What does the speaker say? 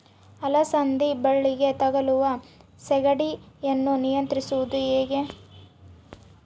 ಅಲಸಂದಿ ಬಳ್ಳಿಗೆ ತಗುಲುವ ಸೇಗಡಿ ಯನ್ನು ನಿಯಂತ್ರಿಸುವುದು ಹೇಗೆ?